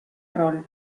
rol